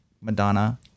Madonna